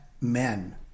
men